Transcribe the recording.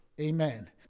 Amen